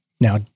Now